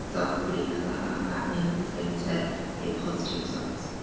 dark blue color. that means is going to be a positive result.